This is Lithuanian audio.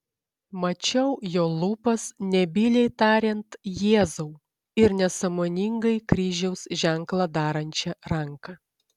mačiau jo lūpas nebyliai tariant jėzau ir nesąmoningai kryžiaus ženklą darančią ranką